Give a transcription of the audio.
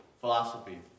philosophy